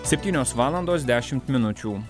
septynios valandos dešimt minučių